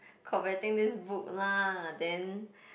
commenting this book lah then